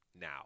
now